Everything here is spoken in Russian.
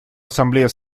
ассамблея